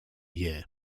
year